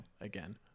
again